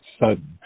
sudden